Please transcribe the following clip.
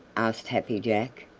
asked happy jack.